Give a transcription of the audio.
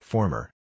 Former